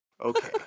Okay